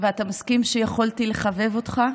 ואתה מסכים שיכולתי לחבב אותך?